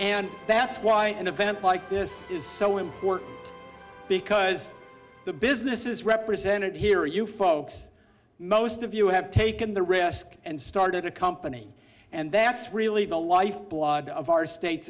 and that's why an event like this is so important because the businesses represented here you folks most of you have taken the risk and started a company and that's really the life blood of our state